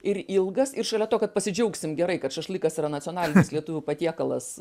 ir ilgas ir šalia to kad pasidžiaugsim gerai kad šašlykas yra nacionalinis lietuvių patiekalas